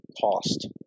cost